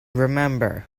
remember